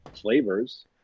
flavors